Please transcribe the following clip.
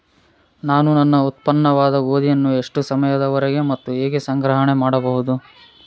ನಾನು ನನ್ನ ಉತ್ಪನ್ನವಾದ ಗೋಧಿಯನ್ನು ಎಷ್ಟು ಸಮಯದವರೆಗೆ ಮತ್ತು ಹೇಗೆ ಸಂಗ್ರಹಣೆ ಮಾಡಬಹುದು?